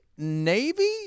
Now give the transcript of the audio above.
Navy